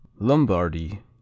Lombardy